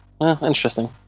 Interesting